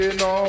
no